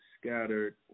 scattered